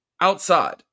outside